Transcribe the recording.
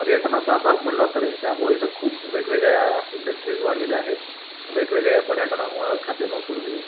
पर्यटनाचा भाग म्हटलात तर त्यामुळे इथं खूप वेगवेगळ्या इंडस्ट्रीज वाढलेल्या आहेत वेगवेगळे पर्यटनामुळं खाद्यसंस्कृती